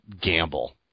gamble